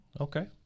Okay